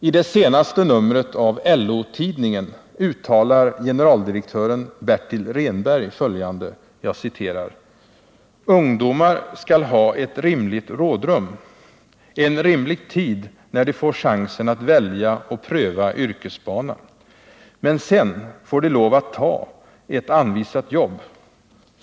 I det senaste numret av LO-tidningen uttalar generaldirektör Bertil Rehnberg följande: ”Ungdomar skall ha ett rimligt rådrum — en rimlig tid när de får chansen att välja och pröva yrkesbana. Men se”n får de lov att ta ett anvisat jobb.